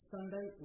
Sunday